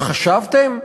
אתם חשבתם?